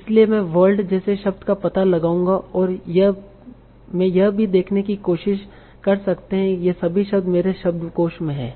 इसलिए मैं world जैसे शब्द का पता लगाऊंगा और मैं यह भी देखने की कोशिश कर सकते हैं ये सभी शब्द मेरे शब्दकोश में हैं